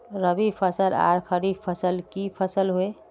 रवि फसल आर खरीफ फसल की फसल होय?